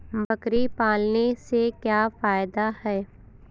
बकरी पालने से क्या फायदा है?